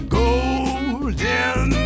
golden